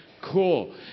cool